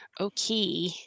okay